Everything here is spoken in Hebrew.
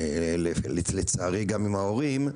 לצערי גם עם ההורים,